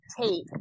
take